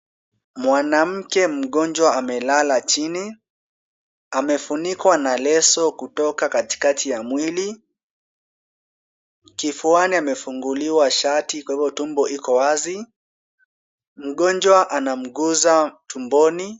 Mwanamke mgonjwa amelala chini, amefunikwa na leso kutoka katikati ya mwili. Kifuani amefunguliwa shati, kwa hivyo tumbo iko wazi. Mgonjwa anamguza tumboni.